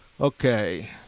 Okay